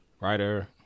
writer